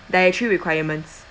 dietary requirements